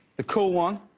the cool one,